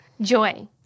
Joy